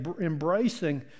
embracing